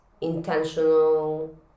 intentional